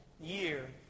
year